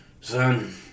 Son